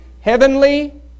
heavenly